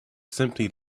simply